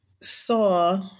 saw